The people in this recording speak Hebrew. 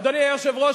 אדוני היושב-ראש,